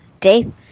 Dave